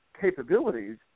capabilities